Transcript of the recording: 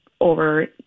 over